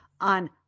on